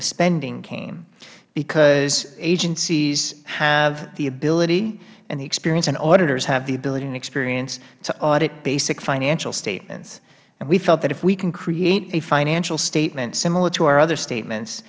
of spending came because agencies have the ability and the experience and auditors have the ability and experience to audit basic financial statements we felt that if we can create a financial statement similar to our other statements